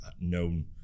known